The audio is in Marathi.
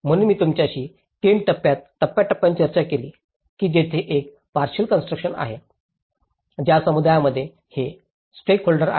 म्हणून मी तुमच्याशी 3 टप्प्यांच्या टप्प्याटप्प्याने चर्चा केली जे येथे एक पार्शिअल कॉन्स्ट्रुकशन आहे ज्या समुदायांमध्ये हे स्टेकहोल्डर्स आहेत